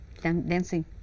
dancing